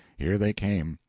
here they came.